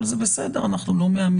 אבל זה בסדר, אנחנו לא מהמתייאשים.